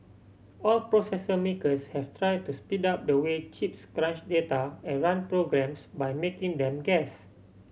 all processor makers have tried to speed up the way chips crunch data and run programs by making them guess